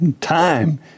time